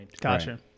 Gotcha